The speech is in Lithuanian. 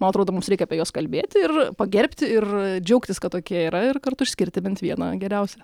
man atrodo mums reikia apie juos kalbėti ir pagerbti ir džiaugtis kad tokie yra ir kartu išskirti bent vieną geriausią